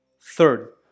Third